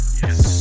yes